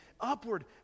Upward